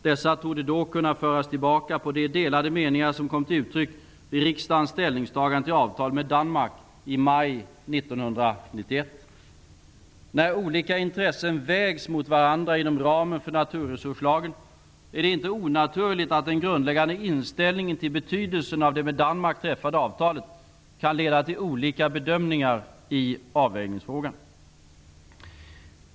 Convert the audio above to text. Dessa torde då kunna föras tillbaka på de delade meningar som kom till uttryck vid riksdagens ställningstagande till avtalet med Danmark i maj När olika intressen vägs mot varandra inom ramen för naturresurslagen är det inte onaturligt att den grundläggande inställningen till betydelsen av det med Danmark träffade avtalet kan leda till olika bedömningar i avvägningsfrågan.